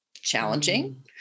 challenging